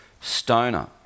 Stoner